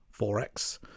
4X